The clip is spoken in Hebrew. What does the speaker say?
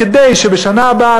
כדי שבשנה הבאה,